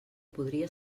podria